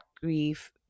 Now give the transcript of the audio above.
grief